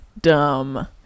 dumb